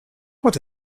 what